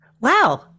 Wow